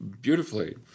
beautifully